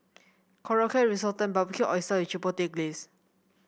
Korokke Risotto and Barbecued Oyster with Chipotle Glaze